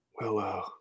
Willow